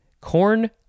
corn